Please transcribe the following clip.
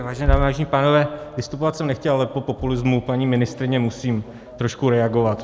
Vážené dámy a vážení pánové, vystupovat jsem nechtěl, ale po populismu paní ministryně musím trošku reagovat.